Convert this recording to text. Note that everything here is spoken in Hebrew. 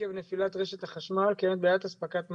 עקב נפילת רשת החשמל קיימת בעיית אספקת מים,